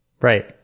right